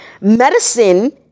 medicine